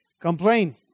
Complain